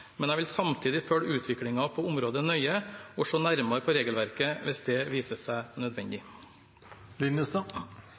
Men jeg vil samtidig følge utviklingen på området nøye og se nærmere på regelverket hvis det viser seg nødvendig.